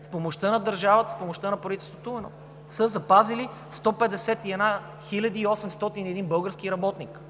с помощта на държавата, с помощта на правителството са запазили 151 801 български работници.